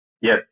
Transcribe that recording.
Yes